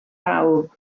bawb